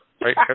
Right